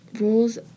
rules